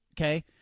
okay